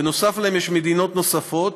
ויש מדינות נוספות.